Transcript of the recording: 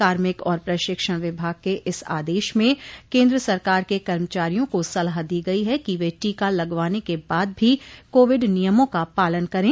कार्मिक और प्रशिक्षण विभाग के इस आदेश में केन्द्र सरकार के कर्मचारियों को सलाह दी गई है कि वे टीका लगवाने के बाद भी कोविड नियमों का पालन करें